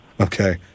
Okay